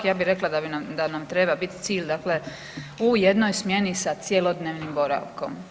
Ja bi rekla da nam treba biti cilj dakle u jednoj smjeni sa cjelodnevnim boravkom.